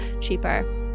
cheaper